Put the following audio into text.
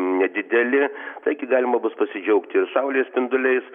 nedideli taigi galima bus pasidžiaugti ir saulės spinduliais